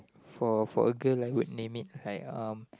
for for a girl I would it like um